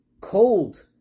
cold